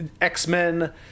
X-Men